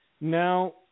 Now